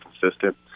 consistent